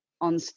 on